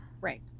right